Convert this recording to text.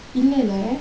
இல்லலெ:illale